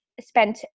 Spent